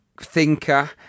thinker